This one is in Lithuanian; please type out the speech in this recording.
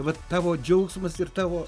vat tavo džiaugsmas ir tavo